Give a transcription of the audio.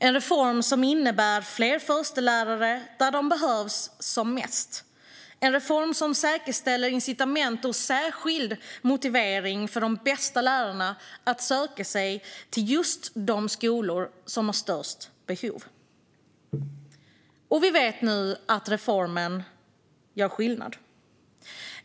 Den reformen innebär fler förstelärare där de behövs som mest och säkerställer incitament och särskilt motivation för de bästa lärarna att söka sig till just de skolor som har störst behov. Vi vet nu att reformen gör skillnad.